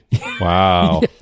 wow